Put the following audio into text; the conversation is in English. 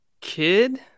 kid